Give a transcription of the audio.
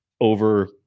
over